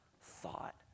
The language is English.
thought